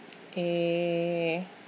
eh